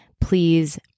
please